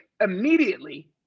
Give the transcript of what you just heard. immediately